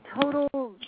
total